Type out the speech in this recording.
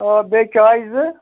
آ بیٚیہِ چایہِ زٕ